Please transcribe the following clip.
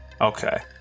okay